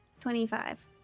twenty-five